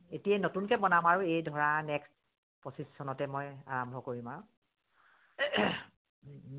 এতিয়াই নতুনকৈ বনাম আৰু এই ধৰা নেক্সট পঁচিছ চনতে মই আৰম্ভ কৰিম আৰু